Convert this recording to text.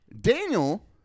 Daniel